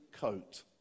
coat